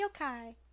yokai